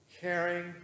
caring